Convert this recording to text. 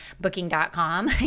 booking.com